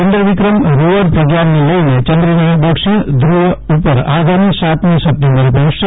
lander Vikram rover પ્રગ્યાનને લઈને ચંદ્રના દક્ષિણ ધૂવ ઉપર આગામી સાતમી સપ્ટેમ્બરે પર્ફોચશે